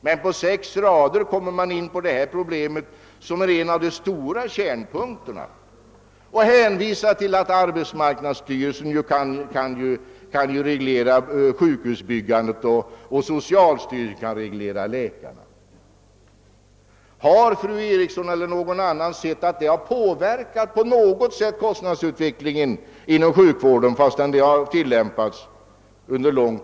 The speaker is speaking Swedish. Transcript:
På sina sex rader tar utskottsmajoriteten upp det problem som utgör en av kärnpunkterna i detta sammanhang och hänvisar därvid till att arbetsmarknadsstyrelsen kan reglera sjukhusbyggandet och att socialstyrelsen kan vidta åtgärder beträffande läkarnas förhållanden. Har fru Eriksson i Stockholm eller någon annan av kammarens ledamöter sett att kostnadsutvecklingen inom sjukvården på något sätt påverkats under den långa tid som dessa möjligheter funnits?